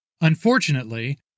Unfortunately